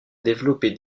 développer